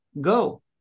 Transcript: GO